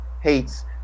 hates